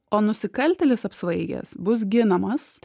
o nusikaltėlis apsvaigęs bus ginamas